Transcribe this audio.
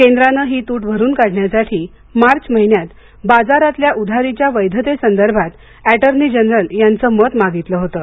केंद्रांनं ही तूट भरून काढण्यासाठी मार्च महिन्यात बाजारातल्या उधारीच्या वैधतेसंदर्भात ऍटर्नी जनरल यांचं मत मागितलं होतं